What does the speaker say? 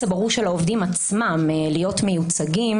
הברור של העובדים עצמם להיות מיוצגים,